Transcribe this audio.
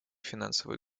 финансовый